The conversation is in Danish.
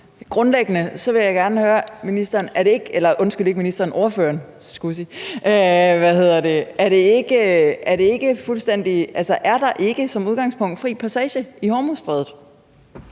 – undskyld, ordføreren: Er der ikke som udgangspunkt fri passage i Hormuzstrædet?